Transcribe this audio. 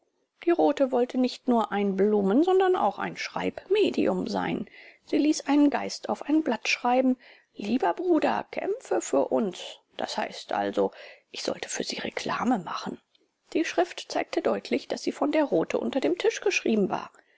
die rothe wollte nicht nur ein blumen sondern auch ein schreibmedium sein sie ließ einen geist auf ein blatt schreiben lieber bruder kämpfe für uns d h also ich sollte für sie reklame machen die schrift zeigte deutlich daß sie von der rothe unter dem tisch geschrieben war